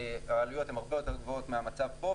- העלויות הן הרבה יותר גבוהות מהמצב פה.